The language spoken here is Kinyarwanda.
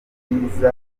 bw’abakobwa